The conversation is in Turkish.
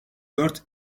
dört